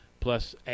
plus